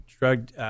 Drug